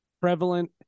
prevalent